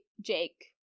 Jake